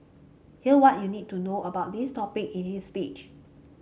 here what you need to know about these topic in his speech